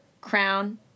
crown